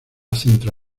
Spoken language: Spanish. centro